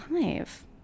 five